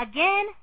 Again